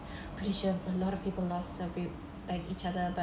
pretty sure a lot of people lost a few like each other but